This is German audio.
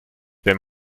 wenn